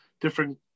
different